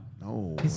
No